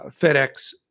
FedEx